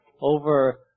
over